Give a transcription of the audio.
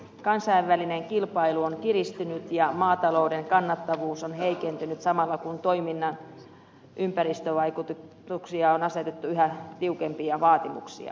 kansainvälinen kilpailu on kiristynyt ja maatalouden kannattavuus on heikentynyt samalla kun toiminnan ympäristövaikutuksille on asetettu yhä tiukempia vaatimuksia